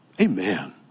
Amen